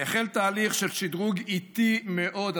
החל תהליך של שדרוג איטי מאוד.